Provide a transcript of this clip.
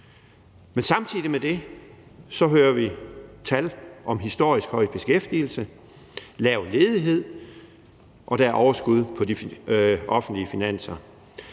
Samtidig med det hører vi tal om historisk høj beskæftigelse og lav ledighed, og der er overskud på de offentlige finanser.